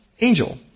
angel